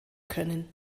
können